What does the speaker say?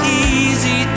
easy